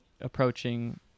approaching